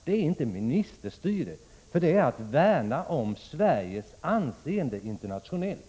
Det är inte fråga om ministerstyre. Det är att värna om Sveriges anseende internationellt.